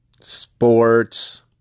sports